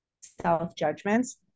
self-judgments